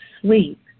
sleep